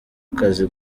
akazi